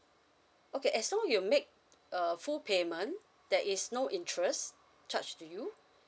okay as long you make a full payment there is no interest charged to you